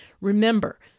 Remember